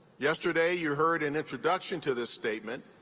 yesterday, you heard an introduction to this statement,